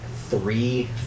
three